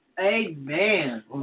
amen